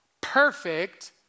perfect